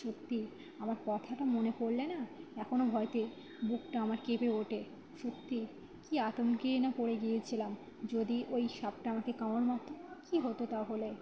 সত্যি আমার কথাটা মনে পড়লে না এখনও হয়তে বুকটা আমার কেঁপে ওঠে সত্যি কী আতঙ্কে না পড়ে গিয়েছিলাম যদি ওই সাপটা আমাাদের কামড় মারত কী হতো তাহলে